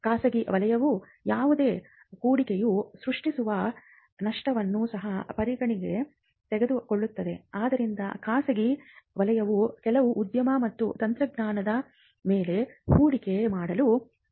ಖಾಸಗಿ ವಲಯವು ಯಾವುದೇ ಹೂಡಿಕೆಯೂ ಸೃಷ್ಟಿಸುವ ನಷ್ಟವನ್ನು ಸಹ ಪರಿಗಣನೆಗೆ ತೆಗೆದುಕೊಳ್ಳುತ್ತದೆ ಆದ್ದರಿಂದ ಖಾಸಗಿ ವಲಯವು ಕೆಲವು ಉದ್ಯಮ ಮತ್ತು ತಂತ್ರಜ್ಞಾನದ ಮೇಲೆ ಹೂಡಿಕೆ ಮಾಡಲು ಹಿಂದೇಟು ಹಾಕುತ್ತದೆ